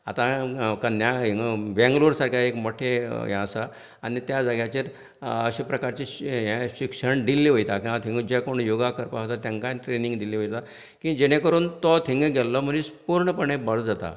आता हांवेन कन्या हिंगा बेंगलोर सारक्या एक मोटे हे आसा आनी त्या जाग्याचेर अश्या प्रकारचे हें शिक्षण दिल्लें वयता थिंगा जे कोण योगा करपाक वता तेंकांय ट्रेनिंग दिली वता की जेणे करून तो थिंगां गेल्लो मनीस पुर्णपणें बरो जाता